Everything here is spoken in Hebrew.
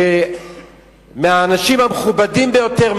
מהאנשים המכובדים ביותר,